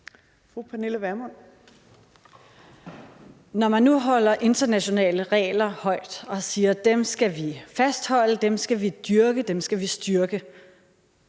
Når man nu holder internationale regler højt og siger, at dem skal man fastholde, at dem skal man dyrke, at dem skal man styrke,